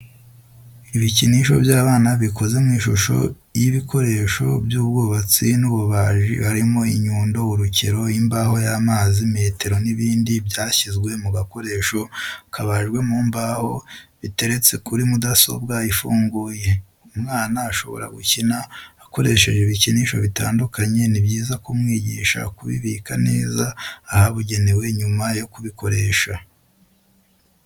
Ibikinisho by'abana bikoze mu ishusho y'ibikoresho by'ubwubatsi n'ububaji harimo inyundo, urukero, imbaho y'amazi, metero n'ibindi byashyizwe mu gakoresho kabajwe mu mbaho biteretse kuri mudasobwa ifunguye. Umwana ashobora gukina akoresheje ibikinisho bitandukanye ni byiza kumwigisha kubibika neza ahabugenewe nyuma yo kubikoresha.